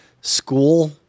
school